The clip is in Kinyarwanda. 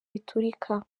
biturika